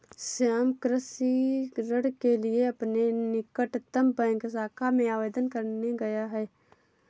श्याम कृषि ऋण के लिए अपने निकटतम बैंक शाखा में आवेदन करने गया है